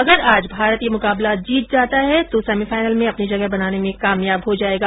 अगर आज भारत यह मुकाबला जीत जाता है तो सेमीफाइनल में अपनी जगह बनाने में कामयाब हो जायेगा